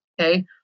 Okay